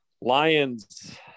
lions